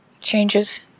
changes